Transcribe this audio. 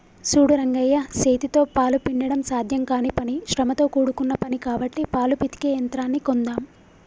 సూడు రంగయ్య సేతితో పాలు పిండడం సాధ్యం కానీ పని శ్రమతో కూడుకున్న పని కాబట్టి పాలు పితికే యంత్రాన్ని కొందామ్